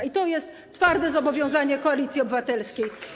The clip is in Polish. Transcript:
I to jest twarde zobowiązanie Koalicji Obywatelskiej.